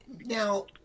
Now